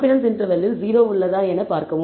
confidence இன்டர்வெல்லில் 0 உள்ளதா என பார்க்கலாம்